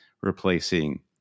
replacing